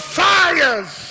fires